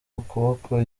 ukuboko